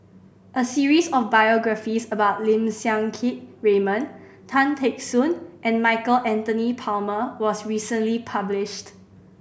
a series of biographies about Lim Siang Keat Raymond Tan Teck Soon and Michael Anthony Palmer was recently published